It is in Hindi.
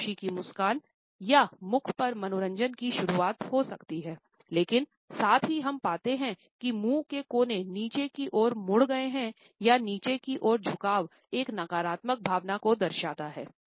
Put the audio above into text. यह खुशी की मुस्कान या मुख पर मनोरंजन की शुरुआत हो सकती है लेकिन साथ ही हम पाते हैं कि मुंह के कोने नीचे की ओर मुड़ गए हैं यह नीचे की ओर झुकाव एक नकारात्मक भावना को दर्शाता है